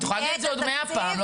את יכולה להגיד את זה עוד מאה פעם,